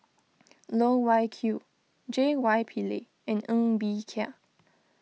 Loh Wai Kiew J Y Pillay and Ng Bee Kia